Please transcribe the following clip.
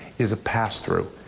is a pass-through.